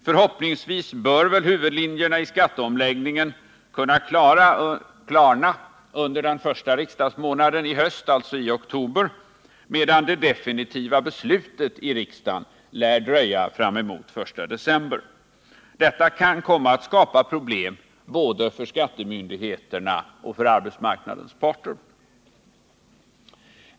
Förhoppningsvis bör väl huvudlinjerna i skatteomläggningen kunna klarna under den första riksdagsmånaden i höst, alltså i oktober, men det definitiva beslutet i riksdagen lär dröja fram emot den 1 december. Detta kan komma att skapa problem både för skattemyndigheterna och för arbetsmarknadens parter.